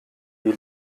wie